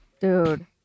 Dude